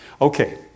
Okay